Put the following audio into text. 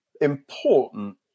important